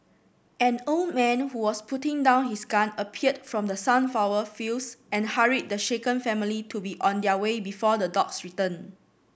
an old man who was putting down his gun appeared from the sunflower fields and hurried the shaken family to be on their way before the dogs return